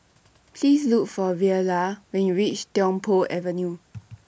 Please Look For Verla when YOU REACH Tiong Poh Avenue